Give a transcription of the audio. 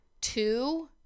two